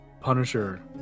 Punisher